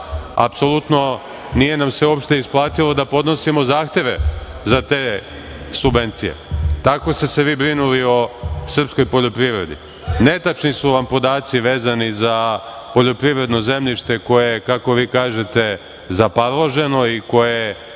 apsolutno nije nam se uopšte isplatilo da podnosimo zahteve za te subvencije. Tako ste se vi brinuli o srpskoj poljoprivredi. Netačni su vam podaci vezani za poljoprivredno zemljište koje kako vi kažete zaparloženo i koje